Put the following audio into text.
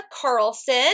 Carlson